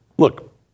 Look